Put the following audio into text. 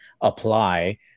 apply